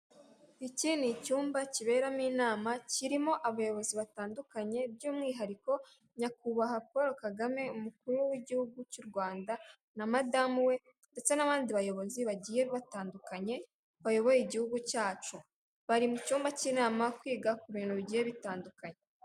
Iki ni icyumba kiberamo inama kirimo abayobozi batandukanye, by'umwihariko nyakubahwa Polo Kagame umukuru w'igihugu cy'u Rwanda, na madamu we, ndetse n'abandi bayobozi bagiye batandukanye, bayoboye igihugu cyacu. Bari mu cyumba cy'inama kwiga ku bintu bigiye bitandukanye.